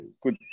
good